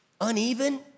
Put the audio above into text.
uneven